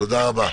תודה רבה.